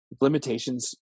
limitations